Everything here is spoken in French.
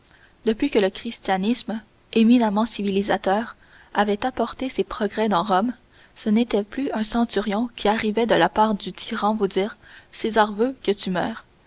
depuis que le christianisme éminemment civilisateur avait apporté ses progrès dans rome ce n'était plus un centurion qui arrivait de la part du tyran vous dire césar veut que tu meures